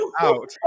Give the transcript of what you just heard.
out